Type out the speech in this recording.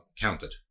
counted